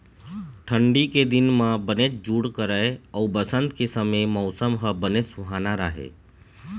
ठंडी के दिन म बनेच जूड़ करय अउ बसंत के समे मउसम ह बनेच सुहाना राहय